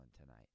tonight